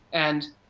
and,